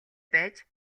байж